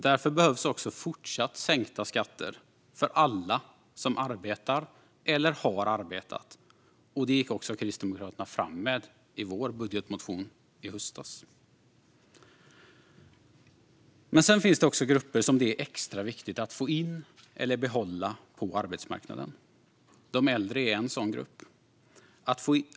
Därför behövs fortsatt sänkta skatter för alla som arbetar eller har arbetat. Det gick vi i Kristdemokraterna fram med i vår budgetmotion i höstas. Det finns grupper som det är extra viktigt att få in eller behålla på arbetsmarknaden. En sådan grupp är de äldre.